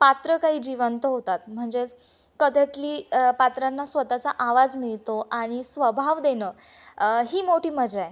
पात्र काही जिवंत होतात म्हणजेच कथेतली पात्रांना स्वतःचा आवाज मिळतो आणि स्वभाव देणं ही मोठी मजा आहे